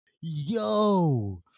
Yo